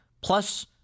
plus